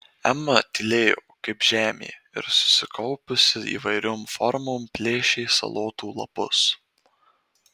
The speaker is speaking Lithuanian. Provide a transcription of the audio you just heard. ema tylėjo kaip žemė ir susikaupusi įvairiom formom plėšė salotų lapus